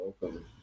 welcome